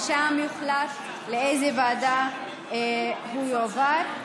ושם יוחלט לאיזו ועדה הוא יועבר.